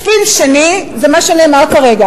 ספין שני זה מה שנאמר כרגע.